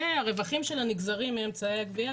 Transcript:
שהרווחים שלה נגזרים מאמצעי הגבייה,